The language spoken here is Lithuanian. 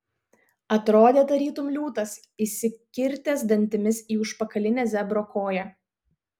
atrodė tarytum liūtas įsikirtęs dantimis į užpakalinę zebro koją